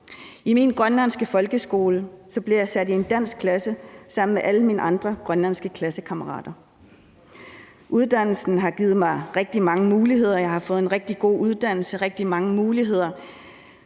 I min grønlandske folkeskole blev jeg sat i en dansk klasse sammen med alle mine andre grønlandske klassekammerater. Uddannelsen har givet mig rigtig mange muligheder, og jeg har fået en rigtig god uddannelse og rigtig mange muligheder,